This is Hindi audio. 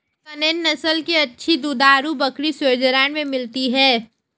सानेंन नस्ल की अच्छी दुधारू बकरी स्विट्जरलैंड में मिलती है